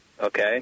Okay